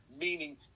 meaning